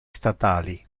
statali